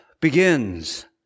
begins